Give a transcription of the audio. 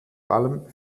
allem